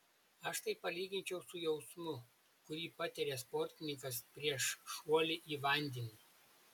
aš tai palyginčiau su jausmu kurį patiria sportininkas prieš šuolį į vandenį